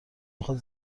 میخواد